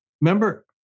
remember